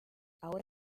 ahora